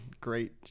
great